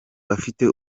afite